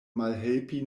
malhelpi